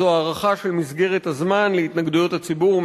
זו הארכה של מסגרת הזמן להתנגדויות הציבור,